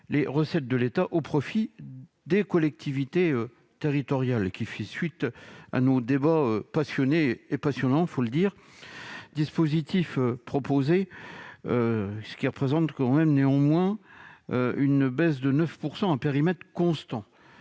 les recettes de l'État au profit des collectivités territoriales, qui font suite à nos débats passionnés et passionnants. Le dispositif proposé représente néanmoins une baisse de 9 % à périmètre constant,